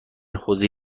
حوزه